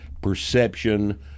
perception